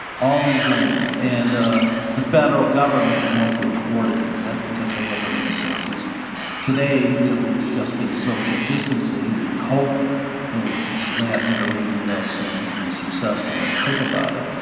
all these lanes. and ah the federal government would hopefully coordinate that because they have the resources today. really, it's just been social distancing. and we hope those labs that are making vaccines will be successful and quick about it.